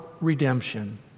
redemption